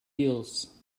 heels